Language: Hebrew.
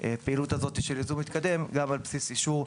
הפעילות הזו של ייזום מתקדם גם על בסיס אישור,